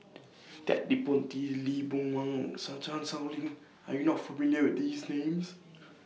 Ted De Ponti Lee Boon Wang and Chan Sow Lin Are YOU not familiar with These Names